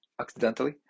accidentally